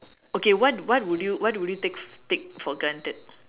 okay what what would you what would you take take for granted